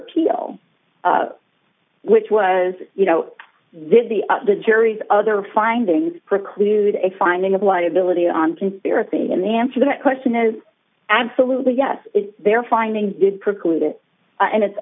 appeal which was you know this the up the juries other findings preclude a finding of liability on conspiracy and the answer that question is absolutely yes is their findings did preclude it and it's